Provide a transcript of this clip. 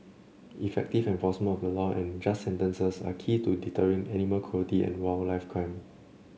effective enforcement of the law and just sentences are key to deterring animal cruelty and wildlife crime